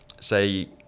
say